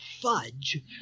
Fudge